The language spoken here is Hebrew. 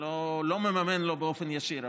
לא מממן לו באופן ישיר,